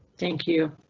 thank you,